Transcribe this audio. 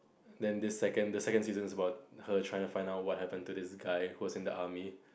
then this second the second season is about her trying to find out what happen to this guy who was in the army